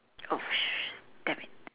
oh damn it